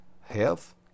health